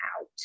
out